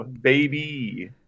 baby